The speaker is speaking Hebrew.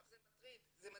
זה מטריד, זה מדאיג,